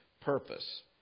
purpose